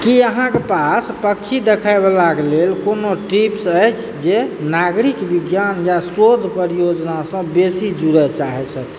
की अहाँकेँ पास पक्षी देखएवलाके लेल कोनो टिप्स अछि जे नागरिक विज्ञान या शोध परियोजनासँ बेसी जुड़ऽ चाहै छथि